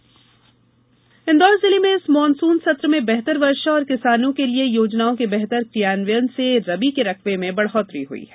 रबी बोवनी इंदौर जिले में इस मानसून सत्र में बेहतर वर्षा और किसानों के लिए योजनाओं के बेहतर क्रियान्वयन से रबी के रकबे में बढोतरी हुई है